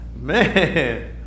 man